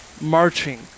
marching